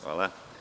Hvala.